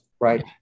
right